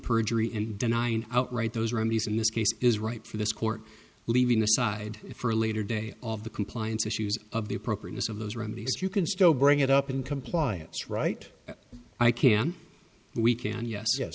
perjury and denying outright those remedies in this case is right for this court leaving aside for a later day of the compliance issues of the appropriateness of those remedies you can still bring it up in compliance right i can we can yes yes